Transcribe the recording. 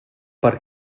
per